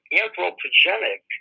anthropogenic